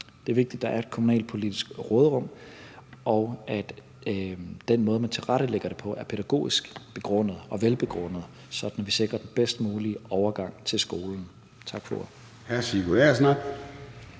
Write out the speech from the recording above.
Det er vigtigt, at der er et kommunalpolitisk råderum, og at den måde, man tilrettelægger det på, er pædagogisk begrundet og velbegrundet, sådan at vi sikrer den bedst mulige overgang til skolen. Tak for